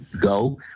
go